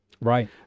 Right